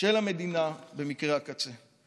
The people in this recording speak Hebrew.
של המדינה במקרי הקצה.